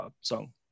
song